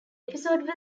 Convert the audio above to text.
episode